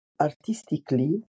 Artistically